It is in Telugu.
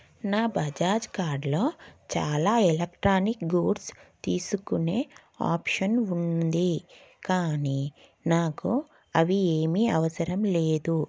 నా బజాజ్ కార్డ్లో చాలా ఎలక్ట్రానిక్ గూడ్స్ తీసుకునే ఆప్షన్ ఉంది కానీ నాకు అవి ఏమీ అవసరం లేదు